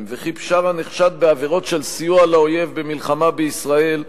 וכי בשארה נחשד בעבירות של סיוע לאויב במלחמה בישראל,